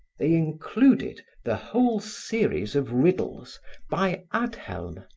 they included the whole series of riddles by adhelme,